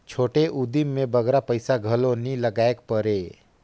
छोटे उदिम में बगरा पइसा घलो नी लगाएक परे